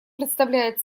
представляет